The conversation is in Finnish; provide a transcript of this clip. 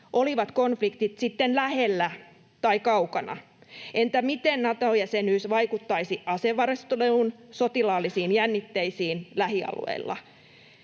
olivat konfliktit sitten lähellä tai kaukana. Entä miten Nato-jäsenyys vaikuttaisi asevarusteluun ja sotilaallisiin jännitteisiin lähialueilla?